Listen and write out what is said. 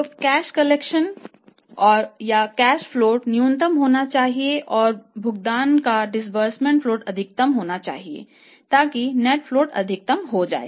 तो collection float अधिकतम हो जाए